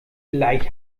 gleich